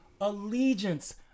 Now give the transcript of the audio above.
allegiance